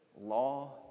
law